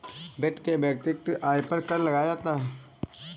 व्यक्ति के वैयक्तिक आय पर कर लगाया जाता है